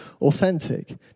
authentic